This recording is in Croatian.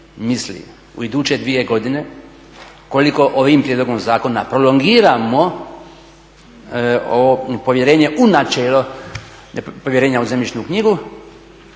misli u iduće dvije godine koliko ovim prijedlogom zakona prolongiramo ovo povjerenje u načelo povjerenja u zemljišnu knjigu